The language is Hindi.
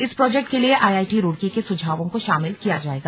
इस प्रोजेक्ट के लिए आईआईटी रुड़की के सुझायों को शामिल किया जायेगा